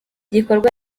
gikorwa